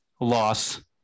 loss